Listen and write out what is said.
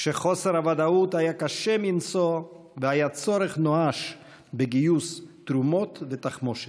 כשחוסר הוודאות היה קשה מנשוא והיה צורך נואש בגיוס תרומות ותחמושת.